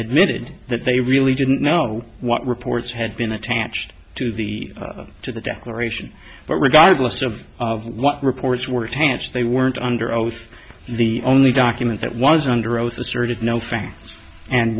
admitted that they really didn't know what reports had been attached to the to the declaration but regardless of what reports were attached they weren't under oath and the only document that was under oath asserted no facts and